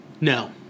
No